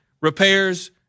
repairs